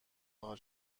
حال